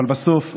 אבל בסוף,